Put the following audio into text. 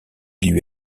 lui